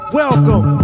welcome